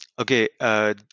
Okay